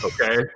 okay